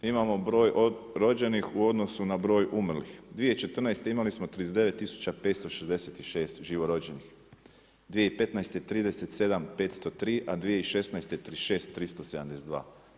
Imamo broj rođenih u odnosu na broj umrlih, 2014. imali smo 39566 živorođenih, 2015. 37503 a 2016. 36372.